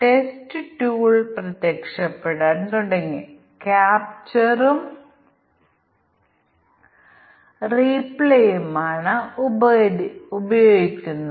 വാങ്ങൽ 2000 രൂപയിൽ കൂടുതലാണെങ്കിൽ ഉപഭോക്താവിന് 15 ശതമാനം കിഴിവ് ലഭിക്കും